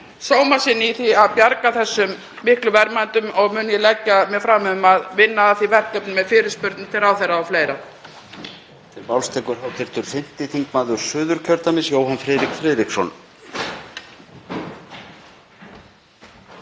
sóma sinn í því að bjarga þessum miklum verðmætum og mun ég leggja mig fram um að vinna að því verkefni með fyrirspurnum til ráðherra og fleira.